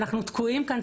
ואנחנו תקועים כאן,